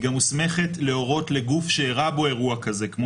היא גם מוסמכת להורות לגוף שאירע בו אירוע כזה כמו